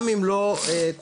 גם אם לא קודמו,